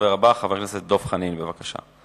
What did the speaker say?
הדובר הבא, חבר הכנסת דב חנין, בבקשה.